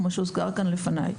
כמו שהוזכר כאן לפניי.